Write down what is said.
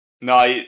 No